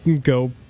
go